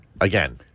Again